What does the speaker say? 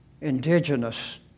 indigenous